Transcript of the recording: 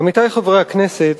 עמיתי חברי הכנסת,